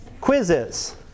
Quizzes